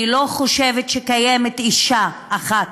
אני לא חושבת שקיימת אישה אחת,